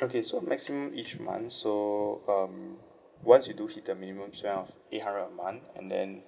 okay so maximum each month so um once you do hit the minimum spend of eight hundred a month and then